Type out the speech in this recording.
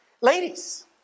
ladies